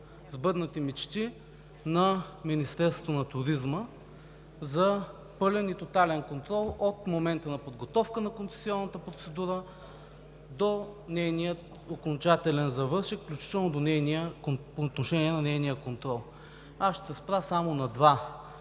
Сбъднати мечти на Министерството на туризма за пълен и тотален контрол от момента на подготовка на концесионната процедура до нейния окончателен завършек, включително по отношение на нейния контрол. Аз ще се спра само на два